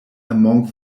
among